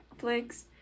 Netflix